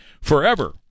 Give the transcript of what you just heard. forever